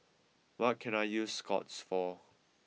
what can I use Scott's for